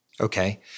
Okay